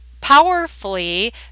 powerfully